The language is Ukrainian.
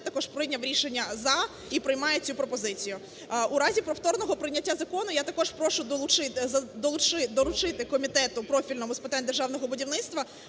також прийняв рішення "за" і приймає цю пропозицію. У разі повторного прийняття закону я також прошу долучити…. доручити комітету профільному з питань державного будівництва